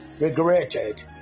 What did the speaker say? Regretted